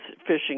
fishing